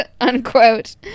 unquote